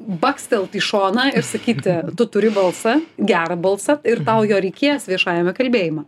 bakstelt į šoną ir sakyti tu turi balsą gerą balsą ir tau jo reikės viešajame kalbėjime